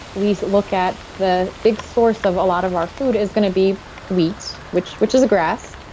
we look at the big source of a lot of our food is going to be wheat, which which is grass,